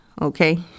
Okay